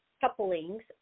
couplings